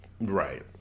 Right